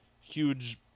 huge